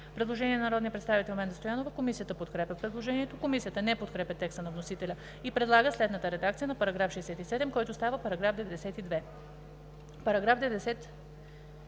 Предложение на народния представител Менда Стоянова. Комисията подкрепя предложението. Комисията не подкрепя текста на вносителя и предлага следната редакция на § 67, който става § 92: „§ 92.